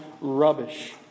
rubbish